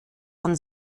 von